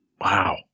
Wow